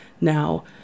now